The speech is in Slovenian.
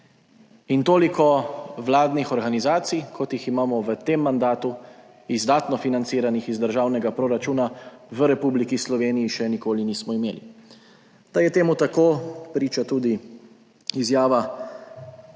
in toliko vladnih organizacij, kot jih imamo v tem mandatu, izdatno financiranih iz državnega proračuna, v Republiki Sloveniji še nikoli nismo imeli. Da je temu tako, priča tudi izjava